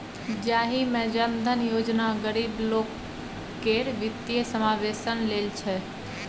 जाहि मे जन धन योजना गरीब लोक केर बित्तीय समाबेशन लेल छै